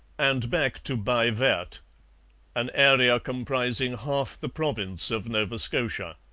and back to baie verte an area comprising half the province of nova scotia.